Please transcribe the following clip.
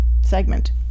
segment